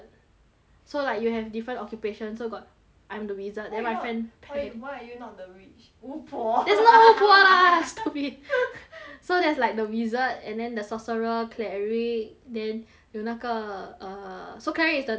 so like you have different occupations so got I'm the wizard why you not then my friend why~ why are you not the witch 巫婆 that's not 巫婆 lah stupid so there's like the wizard and then the sorcerer cleric then 有那个 err so cleric is the 那个 like the 医生